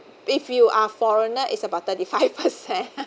if you are foreigner it's about thirty five percent